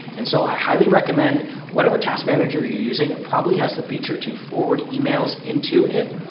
and so, i highly recommend whatever task manager you're using. it probably has the feature to forward emails into it.